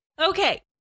okay